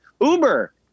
Uber